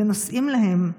ונוסעים להם.